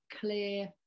clear